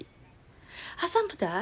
asam pedas